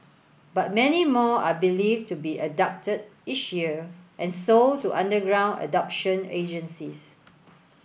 but many more are believed to be abducted each year and sold to underground adoption agencies